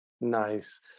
Nice